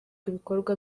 ibikorwa